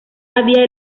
había